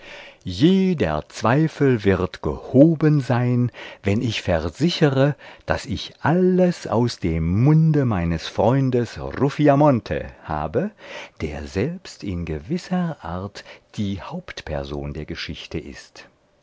jeder zweifel wird gehoben sein wenn ich versichere daß ich alles aus dem munde meines freundes ruffiamonte habe der selbst in gewisser art die hauptperson der geschichte ist